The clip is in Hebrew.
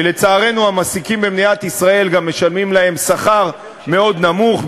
ולצערנו המעסיקים במדינת ישראל גם משלמים להם שכר מאוד נמוך,